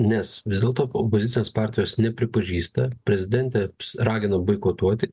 nes vis dėlto opozicijos partijos nepripažįsta prezidentė ragino boikotuoti